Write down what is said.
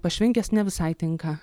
pašvinkęs ne visai tinka